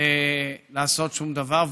לעשות שום דבר.